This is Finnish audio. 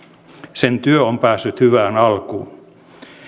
sen työ on päässyt hyvään alkuun